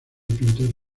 pintor